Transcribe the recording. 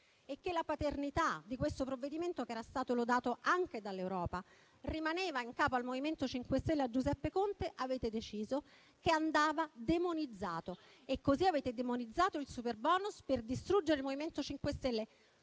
e che la paternità del provvedimento, che era stato lodato anche dall'Europa, rimaneva in capo al MoVimento 5 Stelle e a Giuseppe Conte, avete deciso che andava demonizzato. E così avete demonizzato il superbonus per distruggere il MoVimento 5 Stelle,